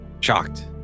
shocked